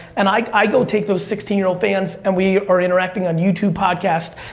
and i i go take those sixteen year old fans and we are interacting on youtube, podcast,